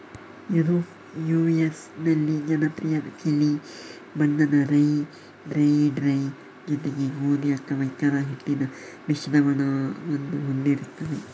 Europe US ನಲ್ಲಿ ಜನಪ್ರಿಯ ತಿಳಿ ಬಣ್ಣದ ರೈ, ಬ್ರೆಡ್ ರೈ ಜೊತೆಗೆ ಗೋಧಿ ಅಥವಾ ಇತರ ಹಿಟ್ಟಿನ ಮಿಶ್ರಣವನ್ನು ಹೊಂದಿರುತ್ತವೆ